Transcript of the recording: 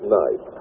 night